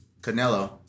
Canelo